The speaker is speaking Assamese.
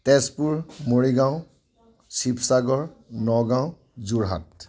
তেজপুৰ মৰিগাঁও শিৱসাগৰ নগাঁও যোৰহাট